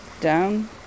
down